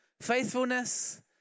Faithfulness